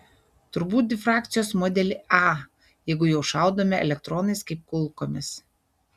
turbūt difrakcijos modelį a jeigu jau šaudome elektronais kaip kulkomis